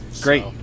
Great